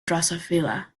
drosophila